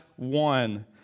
one